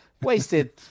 Wasted